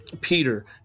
Peter